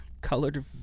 Colored